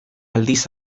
aldiz